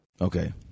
Okay